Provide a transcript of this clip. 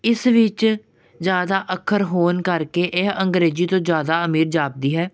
ਇਸ ਵਿੱਚ ਜ਼ਿਆਦਾ ਅੱਖਰ ਹੋਣ ਕਰਕੇ ਇਹ ਅੰਗਰੇਜ਼ੀ ਤੋਂ ਜ਼ਿਆਦਾ ਅਮੀਰ ਜਾਪਦੀ ਹੈ